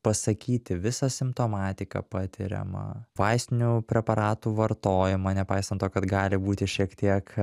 pasakyti visą simptomatiką patiriamą vaistinių preparatų vartojimą nepaisant to kad gali būti šiek tiek